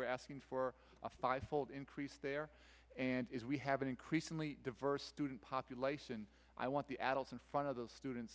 we're asking for a five fold increase there and is we have an increasingly diverse student population i want the adults in front of those students